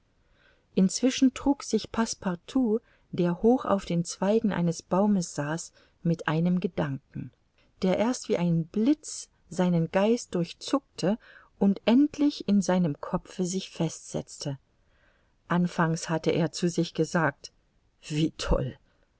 inzwischen trug sich passepartout der hoch auf den zweigen eines baumes saß mit einem gedanken der erst wie ein blitz seinen geist durchzuckte und endlich in seinem kopfe sich festsetzte anfangs hatte er zu sich gesagt wie toll